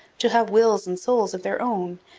to have wills and souls of their own,